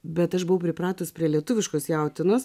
bet aš buvau pripratus prie lietuviškos jautienos